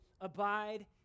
abide